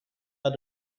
had